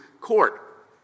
court